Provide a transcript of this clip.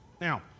now